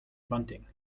bunting